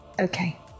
Okay